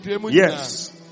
Yes